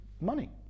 money